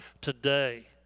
today